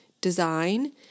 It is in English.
design